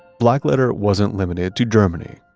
blackletter wasn't limited to germany.